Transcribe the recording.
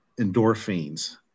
endorphins